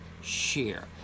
share